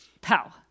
Pow